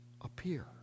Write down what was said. appear